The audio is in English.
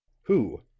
who,